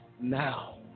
now